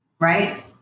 Right